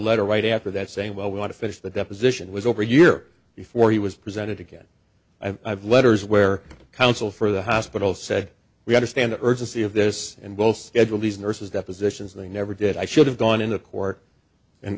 letter right after that saying well we want to finish the deposition was over a year before he was presented to get i've letters where counsel for the hospital said we understand the urgency of this and both schedule these nurses depositions they never did i should have gone into court and